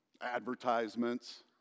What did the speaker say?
advertisements